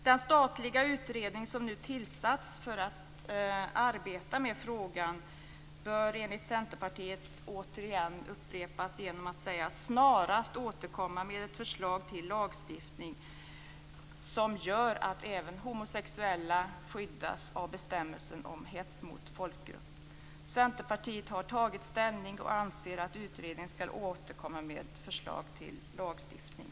Den statliga utredning som nu tillsats för att arbeta med frågan bör, vilket Centerpartiet återigen vill upprepa, snarast återkomma med ett förslag till lagstiftning som gör att även homosexuella skyddas av bestämmelsen om hets mot folkgrupp. Centerpartiet har tagit ställning och anser att utredningen skall återkomma med ett förslag till lagstiftning.